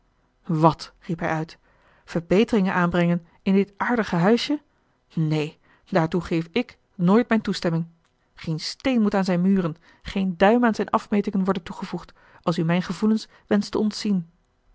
wat riep hij uit verbeteringen aanbrengen in dit aardige huisje neen daartoe geef ik nooit mijn toestemming geen steen moet aan zijn muren geen duim aan zijn afmetingen worden toegevoegd als u mijn gevoelens wenscht te ontzien